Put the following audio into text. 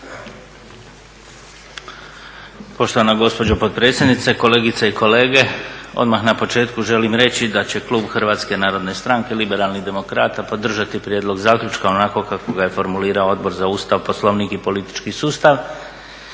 Poštovana gospođo potpredsjednice, kolegice i kolege. Odmah na početku želim reći da će klub Hrvatske narodne stranke – Liberalnih demokrata podržati Prijedlog zaključka onako kako ga je formulirao Odbor za Ustav, Poslovnik i politički sustav